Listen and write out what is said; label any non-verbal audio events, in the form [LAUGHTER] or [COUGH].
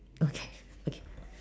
okay [BREATH] okay